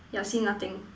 ya see nothing